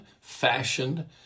fashioned